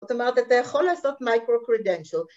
זאת אומרת, אתה יכול לעשות מיקרו-קרדנשל